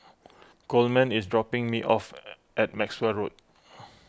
Coleman is dropping me off at Maxwell Road